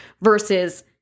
versus